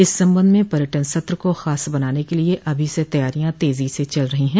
इस संबंध में पर्यटन सत्र को खास बनाने के लिए अभी से तैयारियां तेजी से चल रहीं हैं